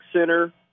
Center